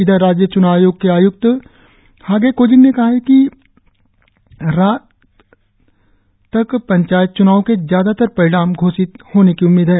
इधर राज्य च्नाव आयोग के आय्क्त हागे कोजिंग ने कहा है कि आज देर शाम तक पंचायत च्नावों के ज्यादातर परिणाम घोषित होने की उम्मीद है